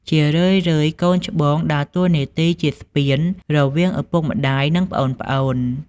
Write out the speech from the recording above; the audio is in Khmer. ជារឿយៗ កូនច្បងដើរតួនាទីជាស្ពានរវាងឪពុកម្ដាយ និងប្អូនៗ។